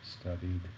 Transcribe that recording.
studied